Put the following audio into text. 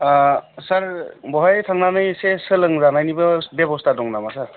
आह सार बेहाय थांनानै एसे सोलोंजानायनिबो बेब'स्था दं नामा सार